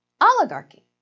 oligarchy